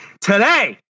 today